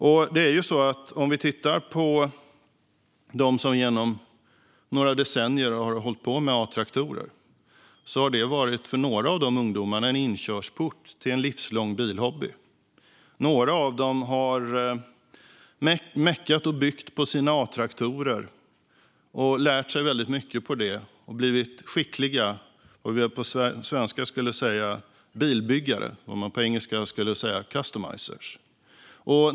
Om vi tittar på de ungdomar som genom några decennier har hållit på med A-traktorer ser vi att det för några av dem har varit en inkörsport till en livslång bilhobby. Några av dem har mekat med och byggt på sina Atraktorer, lärt sig mycket på det och blivit skickliga bilbyggare, som vi skulle säga på svenska; på engelska kallas de customizers.